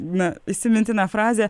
na įsimintina frazė